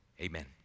amen